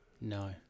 no